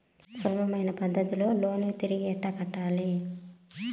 సులభమైన పద్ధతిలో లోను తిరిగి ఎలా కట్టాలి